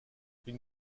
une